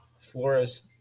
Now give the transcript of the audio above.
Flores